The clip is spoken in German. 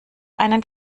einen